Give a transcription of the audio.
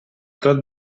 tot